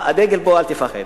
הדגל פה, אל תפחד.